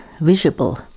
visible